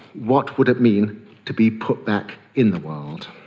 what would it mean to be put back in the world?